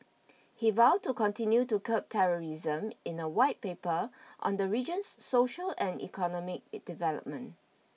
he vowed to continue to curb terrorism in a White Paper on the region's social and economic development